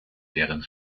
deren